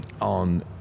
on